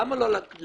למה לא לכתוב